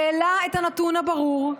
העלה נתון ברור: